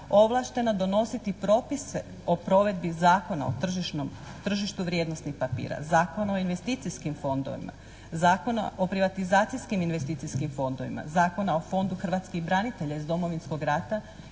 ovlaštena donositi propise o provedbi Zakona o tržištu vrijednosnih papira, Zakona o investicijskim fondovima, Zakona o privatizacijskim i investicijskim fondovima, Zakona o Fondu hrvatskih branitelja iz Domovinskog rata